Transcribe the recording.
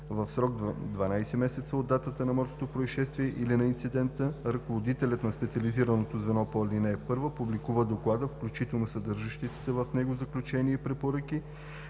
В срок 12 месеца от датата на морското произшествие или на инцидента ръководителят на специализираното звено по ал. 1 публикува доклада, включително съдържащите се в него заключения и препоръки,